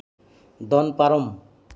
ᱫᱚᱱ ᱯᱟᱨᱚᱢ